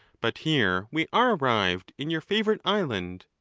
but here we are arrived in your favourite island.